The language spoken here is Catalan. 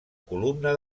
columna